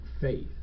faith